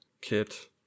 kit